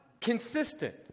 consistent